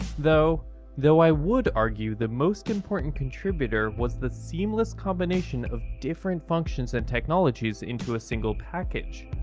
tho tho i would argue the most important contributor was the seamless combination of different functions and technologies into a single package.